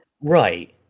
Right